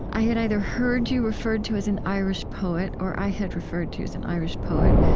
i had either heard you referred to as an irish poet, or i had referred to you as an irish poet,